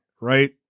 right